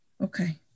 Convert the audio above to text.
Okay